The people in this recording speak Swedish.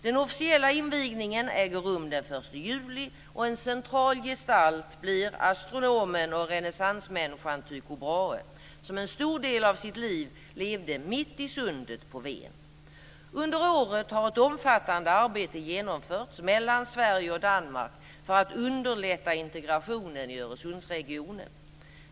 Den officiella invigningen äger rum den 1 juli, och en central gestalt blir astronomen och renässansmänniskan Tycho Brahe, som en stor del av sitt liv levde mitt i Sundet på Ven. Under året har ett omfattande arbete genomförts mellan Sverige och Danmark för att underlätta integrationen i Öresundsregionen.